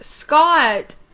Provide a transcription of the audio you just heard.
Scott